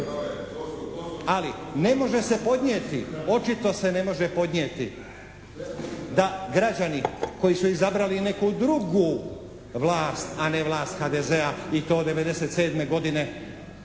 Ali ne može se podnijeti, očito se ne može podnijeti da građani koji su izabrali neku drugu vlast, a ne vlast HDZ-a i to od 97. godine